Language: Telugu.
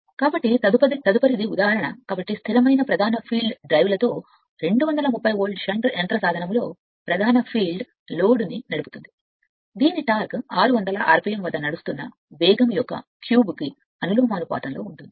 కాబట్టి తదుపరిది ఒక ఉదాహరణ కాబట్టి స్థిరమైన ప్రధాన ఫీల్డ్ డ్రైవ్లతో 230 వోల్ట్ షంట్ యంత్ర సాధనము లోడ్ అవుతుంది దీని టార్క్ 600 ఆర్పిఎమ్ వద్ద నడుస్తున్నప్పుడు వేగం యొక్క క్యూబ్కు అనులోమానుపాతంలో ఉంటుంది